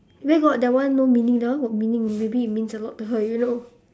where got that one no meaning that one got meaning maybe it means a lot to her you know